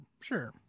Sure